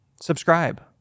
subscribe